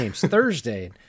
Thursday